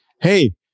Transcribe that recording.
hey